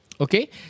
Okay